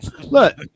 Look